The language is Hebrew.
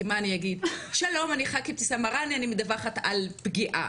כי מה אני אגיד אני ח"כית אבתיסאם מראענה אני מדווחת על פגיעה.